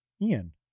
Ian